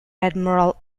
admiral